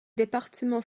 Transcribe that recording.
département